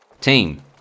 Team